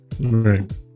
right